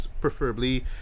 preferably